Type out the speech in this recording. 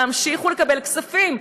להמשיך לקבל כספים,